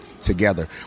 together